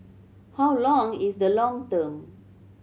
how long is the long term